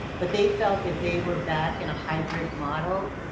but they felt if they were back in a hybrid model,